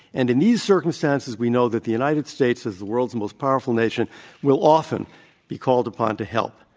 and in these circumstances we know that the united states as the world's most powerful nation will often be called upon to help.